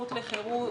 היערכות לחירום,